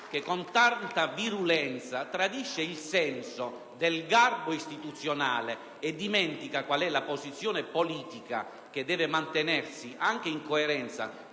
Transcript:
che con tanta virulenza tradisce il senso del garbo istituzionale, dimentica qual è la posizione politica che deve mantenersi anche in coerenza